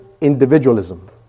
individualism